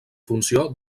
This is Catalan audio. funció